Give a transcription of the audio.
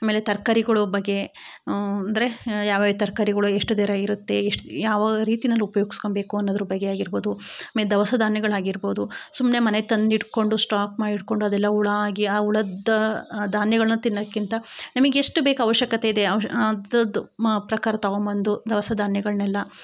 ಆಮೇಲೆ ತರಕಾರಿಗಳ ಬಗೆ ಅಂದರೆ ಯಾವ ಯಾವ ತರಕಾರಿಗಳು ಎಷ್ಟು ದೆರಾಗಿ ಇರುತ್ತೆ ಎಷ್ಟು ಯಾವ ರೀತಿಯಲ್ಲಿ ಉಪ್ಯೋಗ್ಸಿಕೊಳ್ಬೇಕು ಅನ್ನೋದರ ಬಗ್ಗೆ ಆಗಿರಬೋದು ಮೆ ದವಸ ಧಾನ್ಯಗಳಾಗಿರಬೋದು ಸುಮ್ಮನೆ ಮನೆಗೆ ತಂದಿಡ್ಕೊಂಡು ಸ್ಟಾಕ್ ಮಾಡಿಡ್ಕೊಂಡು ಅದೆಲ್ಲ ಹುಳ ಆಗಿ ಆ ಹುಳದ ಧಾನ್ಯಗಳನ್ನ ತಿನ್ನೋಕ್ಕಿಂತ ನಮಗೆ ಎಷ್ಟು ಬೇಕು ಅವಶ್ಯಕತೆ ಇದೆ ಅವ್ಶ ಅದ್ರದ್ದು ಮ ಪ್ರಕಾರ ತೊಗೊಬಂದು ದವಸ ಧಾನ್ಯಗಳನ್ನೆಲ್ಲ